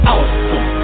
Awesome